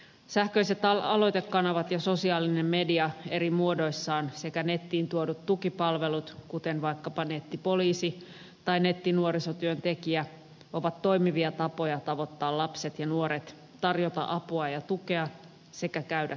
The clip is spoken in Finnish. sähköiset aloitekanavat ja sosiaalinen media eri muodoissaan sekä nettiin tuodut tukipalvelut kuten vaikkapa nettipoliisi tai nettinuorisotyöntekijä ovat toimivia tapoja tavoittaa lapset ja nuoret tarjota apua ja tukea sekä käydä keskustelua